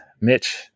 Mitch